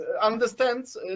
understands